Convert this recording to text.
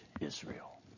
Israel